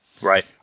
Right